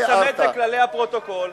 יש להיצמד לכללי הפרוטוקול.